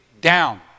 down